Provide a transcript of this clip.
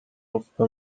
mufuka